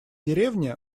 деревни